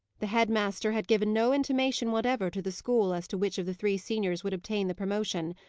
the head-master had given no intimation whatever to the school as to which of the three seniors would obtain the promotion,